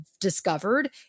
discovered